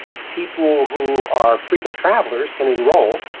people who are frequent travellers can enrole,